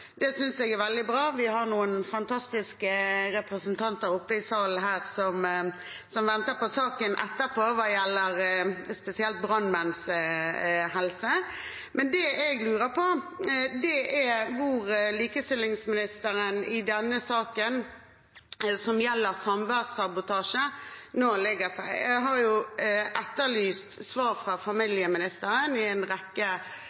Det synes jeg er veldig bra. Vi har noen fantastiske representanter på galleriet i salen her som venter på saken etterpå, som gjelder spesielt brannmenns helse. Men det jeg lurer på, er hvor likestillingsministeren legger seg i saken som gjelder samværssabotasje. Jeg har etterlyst svar fra familieministeren i en rekke